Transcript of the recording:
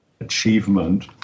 achievement